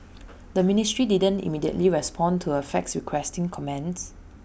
the ministry didn't immediately respond to A fax requesting comments